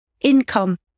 income